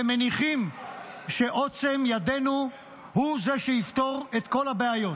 ומניחים שעוצם ידינו הוא זה שיפתור את כל הבעיות.